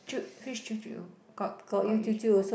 舅 which 舅舅 got got 舅 oh